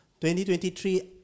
2023